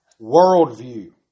worldview